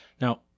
Now